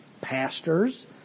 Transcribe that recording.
pastors